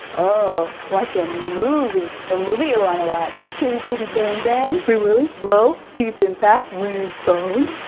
oh, watch a movie. what movie you wanna watch? chitty chitty bang bang? free willy? blow? deep impact? winter's bone?